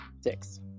Six